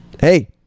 Hey